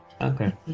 Okay